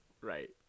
right